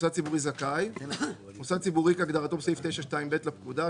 ""מוסד ציבורי זכאי" מוסד ציבורי כהגדרתו בסעיף 9(2)(ב) לפקודה,